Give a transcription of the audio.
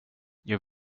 jag